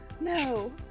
No